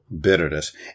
Bitterness